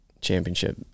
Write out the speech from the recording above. championship